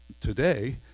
today